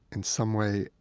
in some way,